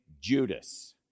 Judas